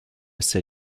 ces